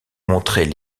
montrer